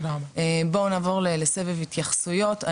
נעבור לסבב התייחסויות.